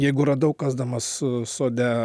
jeigu radau kasdamas sode